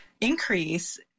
increase